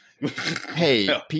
hey